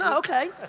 okay!